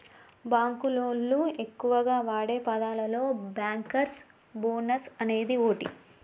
బాంకులోళ్లు ఎక్కువగా వాడే పదాలలో బ్యాంకర్స్ బోనస్ అనేది ఓటి